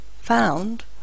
found